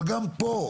אבל גם פה,